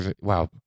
Wow